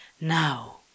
now